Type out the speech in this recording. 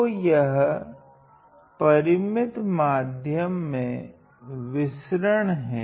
तो यह परिमित माध्यम में विसरण हैं